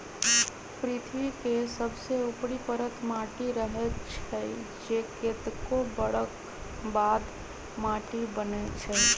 पृथ्वी के सबसे ऊपरी परत माटी रहै छइ जे कतेको बरख बाद माटि बनै छइ